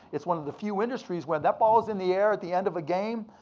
it's one of the few industries when that ball is in the air at the end of a game,